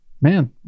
Man